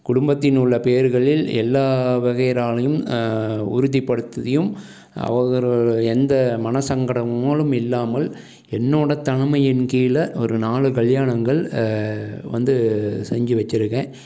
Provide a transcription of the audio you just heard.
குடும்பத்தின் உள்ள பேர்களில் எல்லா வகையிராளையும் உறுதிபடுத்தியும் அவுகளோட எந்த மன சங்கடங்களும் இல்லாமல் என்னோடய தலைமையின் கீழே ஒரு நாலு கல்யாணங்கள் வந்து செஞ்சு வச்சுருக்கேன்